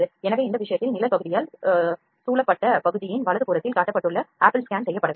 எனவே இந்த விஷயத்தில் நிழல் பகுதியால் சூழப்பட்ட பகுதியின் வலதுபுறத்தில் காட்டப்பட்டுள்ள ஆப்பிள் ஸ்கேன் செய்யப்படவில்லை